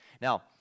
Now